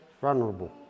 vulnerable